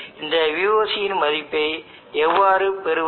எனவே இந்த Voc இன் மதிப்பை எவ்வாறு பெறுவது